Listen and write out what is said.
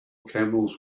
camels